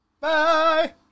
Bye